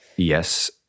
Yes